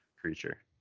creature